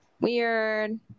Weird